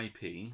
IP